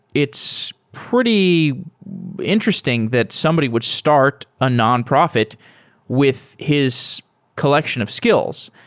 it's pretty interesting that somebody would start a nonprofit with his collection of skills.